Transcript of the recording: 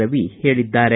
ರವಿ ಹೇಳಿದ್ದಾರೆ